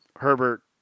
Herbert